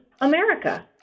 America